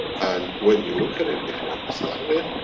and when you look at it, if you understand it,